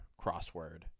crossword